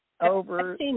over